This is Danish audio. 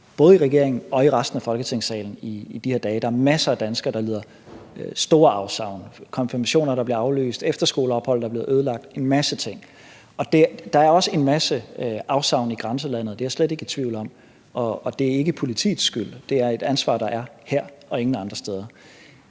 både i regeringen og i resten af Folketingssalen i de her dage. Der er masser af danskere, der lider store afsavn: konfirmationer, der bliver aflyst, efterskoleophold, der er blevet ødelagt, en masse ting. Der er også en masse afsavn i grænselandet; det er jeg slet ikke i tvivl om. Det er ikke politiets skyld. Det er et ansvar, der er her og ingen andre steder.